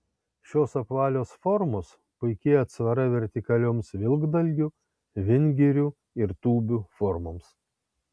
šios apvalios formos puiki atsvara vertikalioms vilkdalgių vingirių ir tūbių formoms